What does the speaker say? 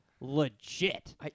legit